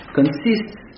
consists